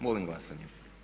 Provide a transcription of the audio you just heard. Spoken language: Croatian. Molim glasanje.